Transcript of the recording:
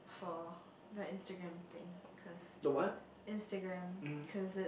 for the Instagram thing cause Instagram cause it's